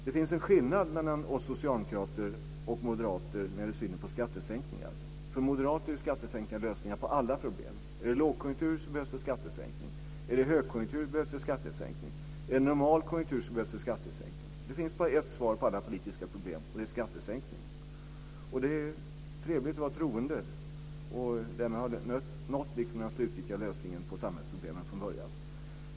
Det finns en skillnad mellan oss socialdemokrater och Moderaterna när det gäller synen på skattesänkningar. För moderater är skattesänkningar lösningen på alla problem. Är det lågkonjunktur behövs det skattesänkning. Är det högkonjunktur behövs det skattesänkning. Är det normal konjunktur behövs det skattesänkning. Det finns bara ett svar på alla politiska problem, och det är skattesänkning. Det är trevligt att vara troende och att ha nått den slutgiltiga lösningen på samhällsproblemen från början.